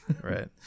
Right